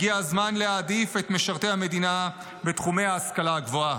הגיע הזמן להעדיף את משרתי המדינה בתחומי ההשכלה הגבוהה.